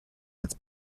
its